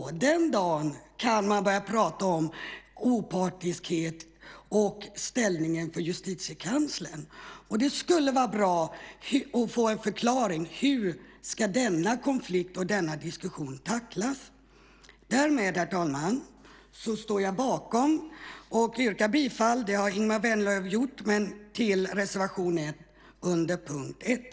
Den dagen kan man börja prata om partiskhet och ställningen för Justitiekanslern. Det skulle vara bra att få en förklaring hur denna konflikt och denna diskussion ska tacklas. Därmed, herr talman, står jag bakom och yrkar bifall, som också Ingemar Vänerlöv har gjort, till reservation 1 under punkt 1.